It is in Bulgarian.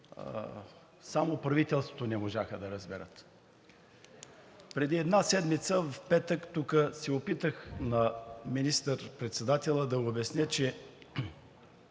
само правителството не можаха да разберат. Преди една седмица, в петък, тук се опитах на министър-председателя да обясня, че